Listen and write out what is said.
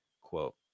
quote